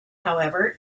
however